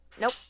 Nope